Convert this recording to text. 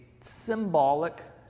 symbolic